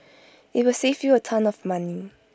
IT will save you A ton of money